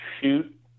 shoot